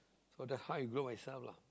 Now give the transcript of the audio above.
so that's how I grow myself lah